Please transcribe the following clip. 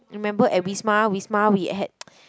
remember at Wisma Wisma we had